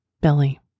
Billy